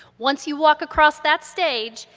once you walk across that stage,